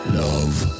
love